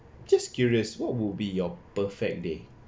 just curious what would be your perfect day